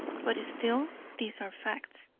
but still these are facts.